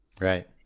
Right